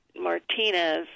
Martinez